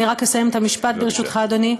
אני רק אסיים את המשפט, ברשותך, אדוני,